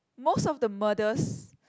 most of the murders